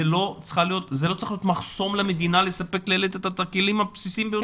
זה לא צריך להיות מחסום למדינה לספק את הכלים הבסיסיים ביותר.